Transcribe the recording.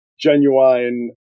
genuine